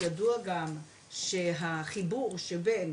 ידוע גם שהחיבור שבין